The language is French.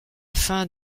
fin